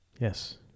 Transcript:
Yes